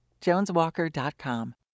joneswalker.com